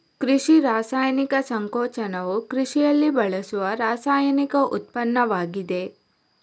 ಕೃಷಿ ರಾಸಾಯನಿಕ ಸಂಕೋಚನವು ಕೃಷಿಯಲ್ಲಿ ಬಳಸುವ ರಾಸಾಯನಿಕ ಉತ್ಪನ್ನವಾಗಿದೆ